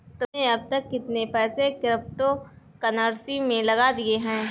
तुमने अब तक कितने पैसे क्रिप्टो कर्नसी में लगा दिए हैं?